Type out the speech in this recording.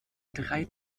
drei